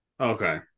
Okay